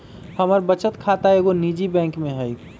हमर बचत खता एगो निजी बैंक में हइ